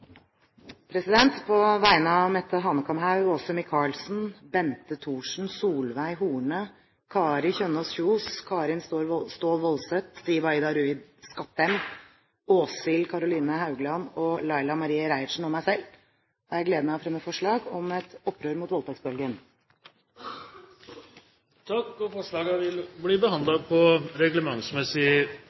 På vegne av Mette Hanekamhaug, Åse Michaelsen, Bente Thorsen, Solveig Horne, Kari Kjønaas Kjos, Karin S. Woldseth, Siv Aida Rui Skattem, Åshild Karoline Haugland, Laila Marie Reiertsen og meg selv har jeg gleden av å fremme forslag om et opprør mot voldtektsbølgen. Forslagene vil bli behandlet på reglementsmessig